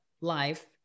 life